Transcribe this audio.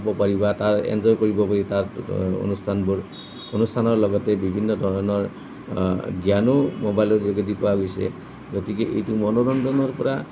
ল'ব পাৰি বা তাত এঞ্জয় কৰিব পাৰি তাত অনুষ্ঠানবোৰ অনুষ্ঠানৰ লগতে বিভিন্ন ধৰণৰ জ্ঞানো ম'বাইলৰ যোগেদি পোৱা গৈছে গতিকে এইটো মনোৰঞ্জনৰ পৰা